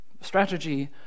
strategy